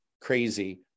crazy